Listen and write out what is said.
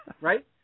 right